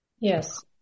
Yes